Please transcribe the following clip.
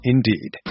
Indeed